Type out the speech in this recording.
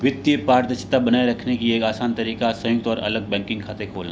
वित्तीय पारदर्शिता बनाए रखने की एक आसान तरीका संयुक्त और अलग बैंकिंग खाते खोलना